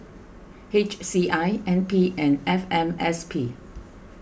H C I N P and F M S P